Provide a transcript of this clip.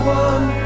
one